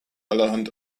allerhand